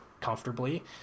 comfortably